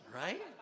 Right